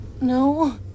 No